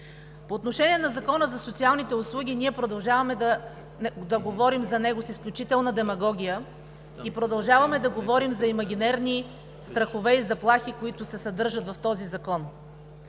По отношение на Закона за социалните услуги ние продължаваме да говорим за него с изключителна демагогия и продължаваме да говорим за имагинерни страхове и заплахи, които се съдържат в този закон.